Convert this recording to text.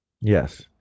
Yes